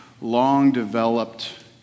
long-developed